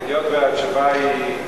היות שהתשובה היא,